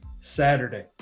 Saturday